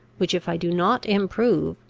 which if i do not improve,